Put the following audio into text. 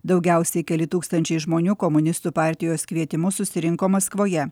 daugiausiai keli tūkstančiai žmonių komunistų partijos kvietimu susirinko maskvoje